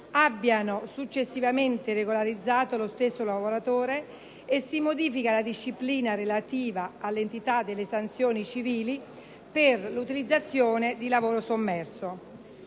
abbiano successivamente regolarizzato lo stesso lavoratore e si modifica la disciplina relativa all'entità delle sanzioni civili per l'utilizzazione di lavoro sommerso.